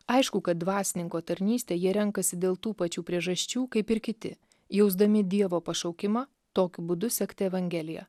aišku kad dvasininko tarnystę jie renkasi dėl tų pačių priežasčių kaip ir kiti jausdami dievo pašaukimą tokiu būdu sekti evangeliją